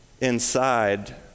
inside